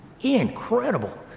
Incredible